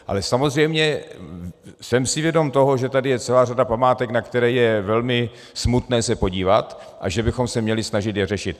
Ale samozřejmě jsem si vědom toho, že je tady celá řada památek, na které je velmi smutné se podívat, a že bychom se měli snažit je řešit.